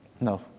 No